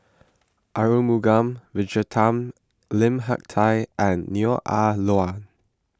Arumugam Vijiaratnam Lim Hak Tai and Neo Ah Luan